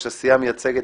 5 נגד, אין נמנעים,